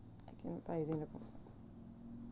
can apply using the promo code